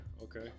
okay